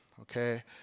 okay